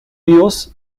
vivos